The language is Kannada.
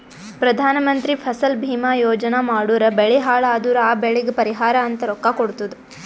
ಪ್ರಧಾನ ಮಂತ್ರಿ ಫಸಲ ಭೀಮಾ ಯೋಜನಾ ಮಾಡುರ್ ಬೆಳಿ ಹಾಳ್ ಅದುರ್ ಆ ಬೆಳಿಗ್ ಪರಿಹಾರ ಅಂತ ರೊಕ್ಕಾ ಕೊಡ್ತುದ್